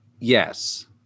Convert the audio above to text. Yes